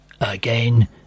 again